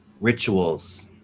rituals